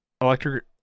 electric